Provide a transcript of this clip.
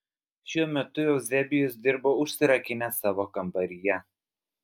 šiuo metu euzebijus dirbo užsirakinęs savo kambaryje